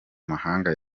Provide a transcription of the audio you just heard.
mahanga